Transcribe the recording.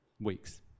weeks